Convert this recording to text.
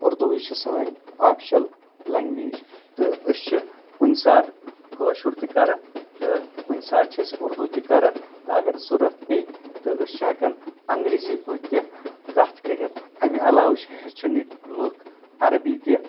اردوٗوٕے چھِ سٲنۍ official language تہٕ أسۍ چھِ کُنہِ ساتہٕ کٲشُر تہِ کران تہٕ کُنہِ ساتہِ چھِ أسۍ اردوٗ تہِ کران تہٕ اگر ضروٖرت پیٚیہِ تہٕ أسۍ چھِ ہٮ۪کان انگریٖزی پٲٹھۍ تہِ کتھ کٔرتھ امہِ علاوٕ چھِ ہٮ۪چھان ییٚتہِ لُکھ عربی تہِ